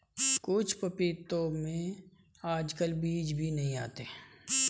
कुछ पपीतों में आजकल बीज भी नहीं आते हैं